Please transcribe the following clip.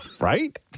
Right